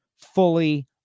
fully